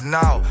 now